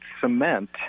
cement